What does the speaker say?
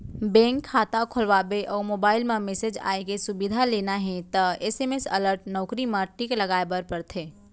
bank खाता खोलवाबे अउ मोबईल म मेसेज आए के सुबिधा लेना हे त एस.एम.एस अलर्ट नउकरी म टिक लगाए बर परथे